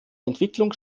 entwicklung